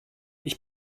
ich